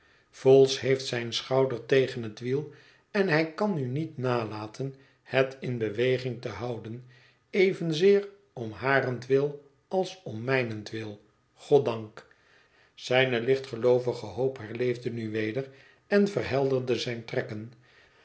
vholes heeft zijn schouder tegen het wiel en hij kan nu niet nalaten het in beweging te houden evenzeer om harentwil als om mijnentwil goddank zijne lichtgeloovige hoop herleefde nu weder en verhelderde zijne trekken